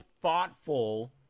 thoughtful